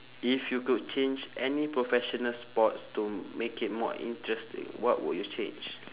if you could change any professional sports to make it more interesting what would you change